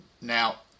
now